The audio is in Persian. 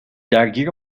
درگیر